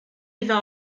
iddo